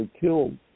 killed